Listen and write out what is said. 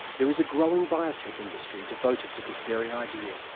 there is a growing biotech industry devoted to this very idea.